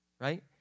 Right